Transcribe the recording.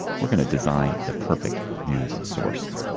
we're going to design the perfect news source.